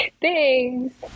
Thanks